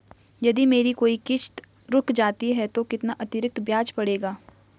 यदि मेरी कोई किश्त रुक जाती है तो कितना अतरिक्त ब्याज पड़ेगा?